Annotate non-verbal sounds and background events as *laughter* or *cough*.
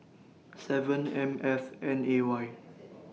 seven *noise* M F N A Y *noise*